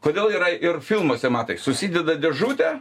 kodėl yra ir filmuose matai susideda dėžutę